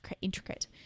intricate